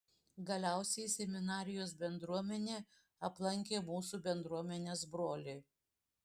galiausiai seminarijos bendruomenė aplankė mūsų bendruomenės brolį